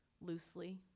loosely